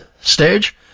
stage